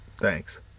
thanks